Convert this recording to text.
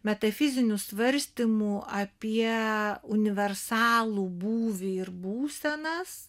metafizinių svarstymų apie universalų būvį ir būsenas